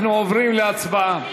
אנחנו עוברים להצבעה.